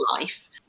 life